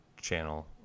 channel